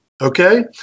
Okay